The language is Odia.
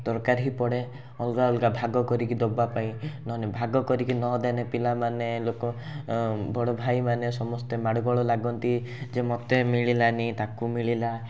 ଦରକାର ହି ପଡ଼େ ଅଲଗା ଅଲଗା ଭାଗ କରିକି ଦେବା ପାଇଁ ନହେଲେ ଭାଗ କରିକି ନଦେଲେ ପିଲାମାନେ ଲୋକ ବଡ଼ଭାଇମାନେ ସମସ୍ତେ ମାଡ଼ଗୋଳ ଲାଗନ୍ତି ଯେ ମୋତେ ମିଳିଲାନି ତାକୁ ମିଳିଲା